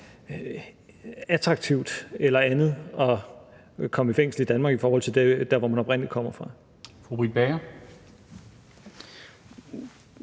attraktivt eller andet at komme i fængsel i Danmark i forhold til dér, hvor man oprindelig kommer fra. Kl.